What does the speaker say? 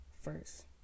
first